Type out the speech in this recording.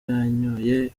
yanyoye